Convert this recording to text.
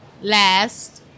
last